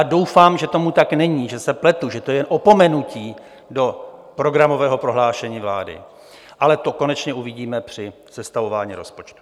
Doufám, že tomu tak není, že se pletu, že to je jen opomenutí do programového prohlášení vlády, ale to konečně uvidíme při sestavování rozpočtu.